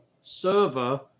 server